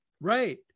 Right